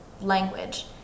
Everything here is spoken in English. language